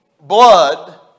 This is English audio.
blood